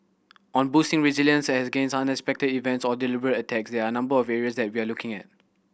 on boosting resilience against unexpected events or deliberate attack there are number of areas that we are looking at